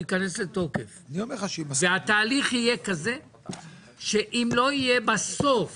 הוא ייכנס לתוקף והתהליך יהיה כזה שאם לא יהיה בסוף